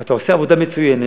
אתה עושה עבודה מצוינת.